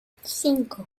cinco